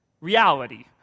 reality